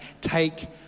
Take